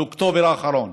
באוקטובר האחרון,